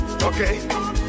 Okay